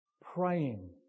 Praying